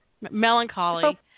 Melancholy